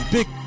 Big